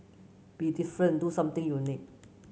be different do something unique